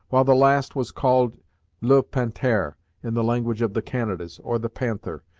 while the last was called le panth'ere, in the language of the canadas, or the panther,